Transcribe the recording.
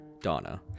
Donna